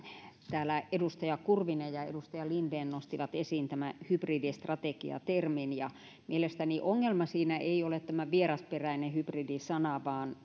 täällä edustaja kurvinen ja edustaja linden nostivat esiin tämän hybridistrategia termin mielestäni ongelma siinä ei ole tämä vierasperäinen hybridi sana vaan